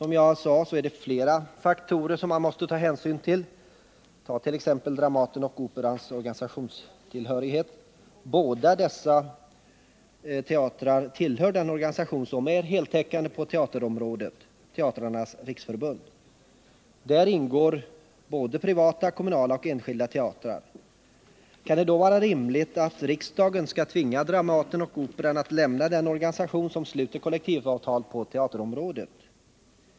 Man måste som sagt ta hänsyn till flera faktorer. Ta exempelvis Dramatens och Operans organisationstillhörighet. Båda dessa teatrar tillhör den organisation som är heltäckande på teaterområdet, Teatrarnas riksförbund. Där ingår både kommunala och enskilda teatrar. Kan det då vara rimligt att riksdagen skall tvinga Dramaten och Operan att lämna den organisation som sluter kollektivavtal på teaterområdet?